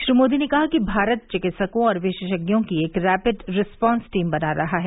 श्री मोदी ने कहा कि भारत चिकित्सकों और विशेषज्ञों की एक रैपिड रिस्पांस टीम बना रहा है